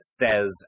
says